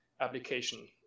application